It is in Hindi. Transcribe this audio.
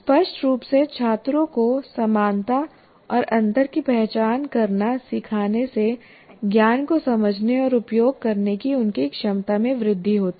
स्पष्ट रूप से छात्रों को समानता और अंतर की पहचान करना सिखाने से ज्ञान को समझने और उपयोग करने की उनकी क्षमता में वृद्धि होती है